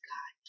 God